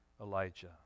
Elijah